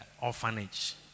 orphanage